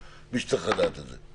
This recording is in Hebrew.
ומי שצריך לדעת על זה יידע.